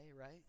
right